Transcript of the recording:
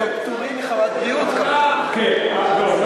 פטורים מחמת בריאות, כמובן.